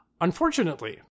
Unfortunately